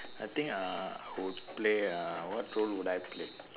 I think uh I would play ah what role would I play